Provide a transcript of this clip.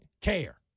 care